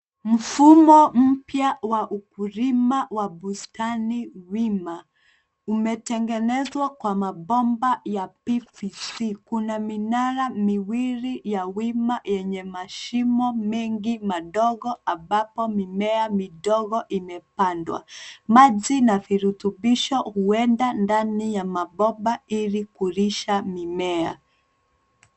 Mfumo mpya wa ukulima wa bustani wima umetengenezwa kwa mabomba ya PVC.Kuna minara miwili ya wima yenye mashimo mengi madogo ambapo mimea midogo imepandwa. Maji na virutubisho huenda ndani ya mabomba ili kulisha mimea.